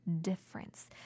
difference